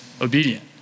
obedient